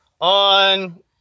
on